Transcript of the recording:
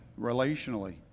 relationally